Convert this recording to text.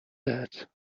that